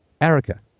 Erica